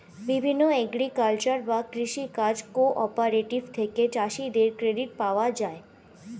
বিভিন্ন এগ্রিকালচারাল বা কৃষি কাজ কোঅপারেটিভ থেকে চাষীদের ক্রেডিট পাওয়া যায়